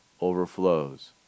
overflows